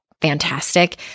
fantastic